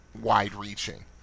wide-reaching